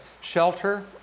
shelter